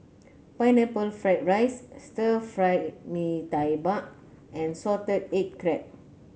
Pineapple Fried Rice Stir Fry Mee Tai Mak and Salted Egg Crab